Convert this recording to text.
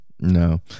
no